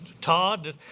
Todd